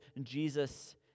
Jesus